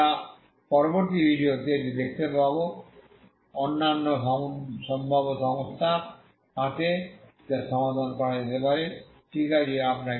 তাই আমরা পরবর্তী ভিডিওতে এটি দেখতে পাব অন্যান্য সম্ভাব্য সমস্যার সাথে যা সমাধান করা যেতে পারে ঠিক আছে